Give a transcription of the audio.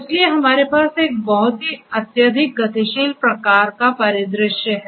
इसलिए हमारे पास एक बहुत ही अत्यधिक गतिशील प्रकार का परिदृश्य है